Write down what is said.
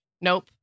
nope